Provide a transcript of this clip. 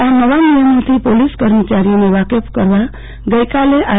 આ નવા નિયમોથી પોલીસ કર્મચારીઓને વાકેફ કરવા ગઈકાલે આર